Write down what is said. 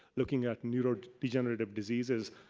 looking at neuro degenerative diseases.